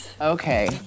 Okay